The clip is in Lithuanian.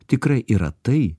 tikrai yra tai